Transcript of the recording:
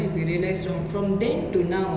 do you know she's in staying in singapore right now